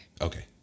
Okay